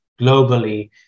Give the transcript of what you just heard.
globally